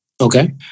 Okay